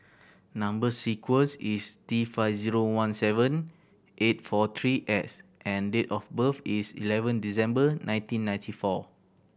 number sequence is T five zero one seven eight four three X and date of birth is eleven December nineteen ninety four